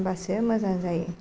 होनबासो मोजां जायो